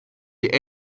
die